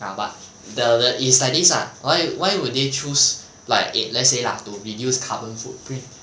ya but the the is like this lah why why would they choose like in let's say lah to reduce carbon footprint